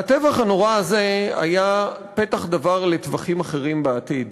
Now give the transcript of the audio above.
והטבח הנורא הזה היה פתח דבר לטבחים אחרים בעתיד.